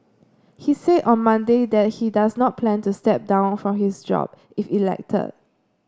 he said on Monday that he does not plan to step down from his job if elected